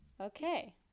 okay